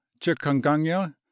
chikungunya